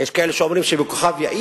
יש כאלה שאומרים בכוכב-יאיר,